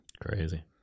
Crazy